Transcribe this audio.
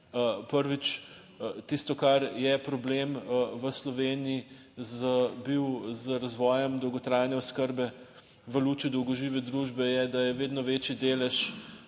Prvič, tisto, kar je problem v Sloveniji bil z razvojem dolgotrajne oskrbe v luči dolgožive družbe, je, da je vedno večji delež